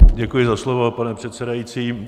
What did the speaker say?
Děkuji za slovo, pane předsedající.